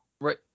right